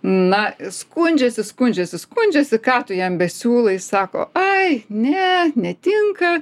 na skundžiasi skundžiasi skundžiasi ką tu jam besiūlai sako ai ne netinka